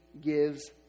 gives